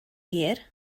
hir